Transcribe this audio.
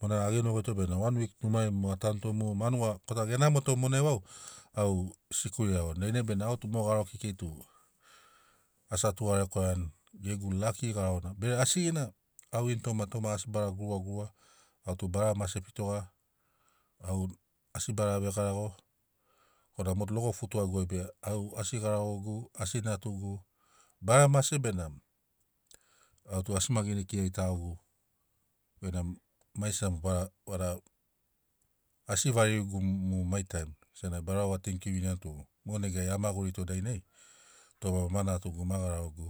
Monai a genogoito benamo wan wik numai mo atanuto mu kota ge namoto monai vau au sikuri a iagoto dainai benamo mo garo kekei tu asi a tugarekwaiani gegu laki garona bere asigina au ini toma toma asi bara guruga guruga au tu bara mase fitoga au asi bara vegarago bona logo futuagu be au asi garagogu asi natugu bara mase benamo au tu asima gene kiragitagogu benamo maigesina bara vada asi varigu mm- mu mai taim benamo barau a tanikiu viniani tum o negai a magurito dainai toma ma natugu ma garagogu